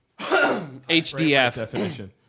HDF